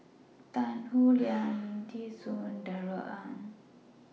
Tan Howe Liang Lim Thean Soo and Darrell Ang